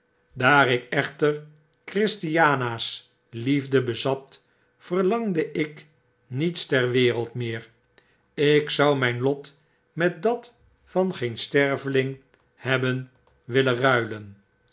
daar ik echter christiana's liefde bezat verlangde ik niets ter wereld meer ik zou mijn lot met dat van geen sterveling hebben willen ruilen